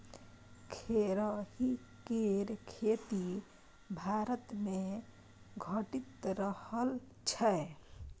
खेरही केर खेती भारतमे घटि रहल छै